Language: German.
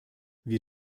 wir